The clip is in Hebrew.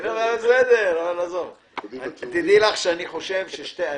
אפרופו,